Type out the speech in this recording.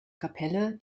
kapelle